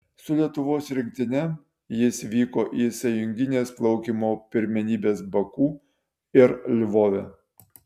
su lietuvos rinktine jis vyko į sąjungines plaukimo pirmenybes baku ir lvove